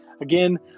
Again